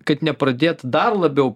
kad nepradėt dar labiau